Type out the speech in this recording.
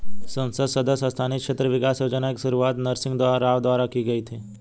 संसद सदस्य स्थानीय क्षेत्र विकास योजना की शुरुआत नरसिंह राव द्वारा की गई थी